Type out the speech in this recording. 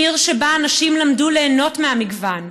עיר שבה אנשים למדו ליהנות מהמגוון,